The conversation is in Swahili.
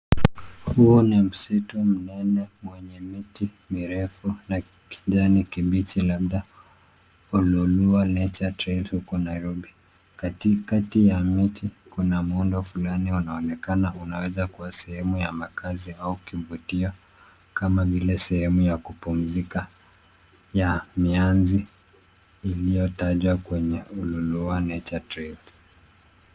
Huu ni msitu mnene wenye miti mirefu ya kijani kibichi labda , Oloolua Nature Trails huko Nairobi. Katikati ya miti kuna muundo fulani unaoneka unaweza kuwa sehemu ya makazi au kimbodia, kama vile sehemu ya kupumzika, ya mianzi iliyotajwa kwenye Olooloa Nature Trails.